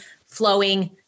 flowing